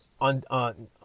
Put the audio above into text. on